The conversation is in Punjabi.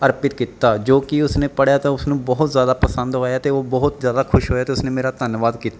ਅਰਪਿਤ ਕੀਤਾ ਜੋ ਕਿ ਉਸ ਨੇ ਪੜ੍ਹਿਆ ਤਾਂ ਉਸਨੂੰ ਬਹੁਤ ਜ਼ਿਆਦਾ ਪਸੰਦ ਆਇਆ ਅਤੇ ਉਹ ਬਹੁਤ ਜ਼ਿਆਦਾ ਖੁਸ਼ ਹੋਇਆ ਅਤੇ ਉਸਨੇ ਮੇਰਾ ਧੰਨਵਾਦ ਕੀ